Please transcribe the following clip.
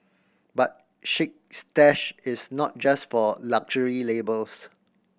but Chic Stash is not just for luxury labels